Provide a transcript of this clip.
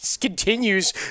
continues